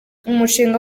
umushinga